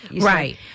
Right